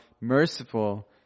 merciful